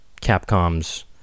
Capcom's